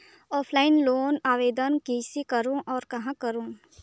Offline loan आवेदन कइसे करो और कहाँ करो?